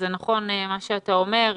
נכון מה שאתה אומר.